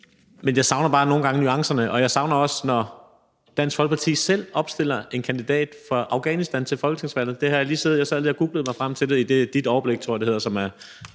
Men jeg savner bare nogle gange nuancerne, også når Dansk Folkeparti selv opstiller en kandidat fra Afghanistan til folketingsvalget. Det har jeg lige siddet og googlet mig frem til og fundet på ditoverblik.dk, tror jeg det hedder, som er